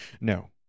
No